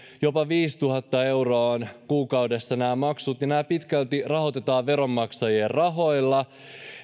jopa viisituhatta euroa ovat kuukaudessa nämä maksut ja nämä pitkälti rahoitetaan veronmaksajien rahoilla